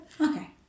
Okay